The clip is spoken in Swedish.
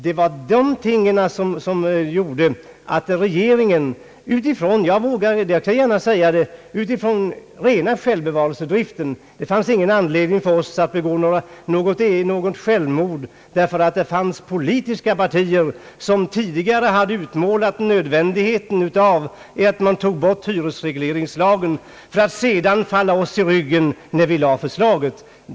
Det var av ren självbevarelsedrift — jag kan gärna säga det — som gjorde att vi inte ville begå något politiskt självmord, ty det fanns politiska partier som tidigare utmålat nödvändigheten av att avveckla hyresregleringslagen och som sedan skulle falla oss i ryggen när vi framlade förslaget.